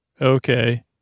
Okay